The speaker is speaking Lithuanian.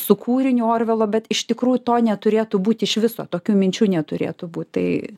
su kūriniu orvelo bet iš tikrųjų to neturėtų būti iš viso tokių minčių neturėtų būt tai